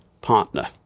partner